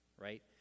right